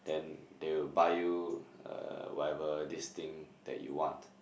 then they will buy you uh whatever this thing that you want